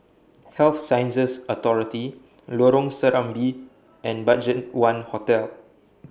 Health Sciences Authority Lorong Serambi and BudgetOne Hotel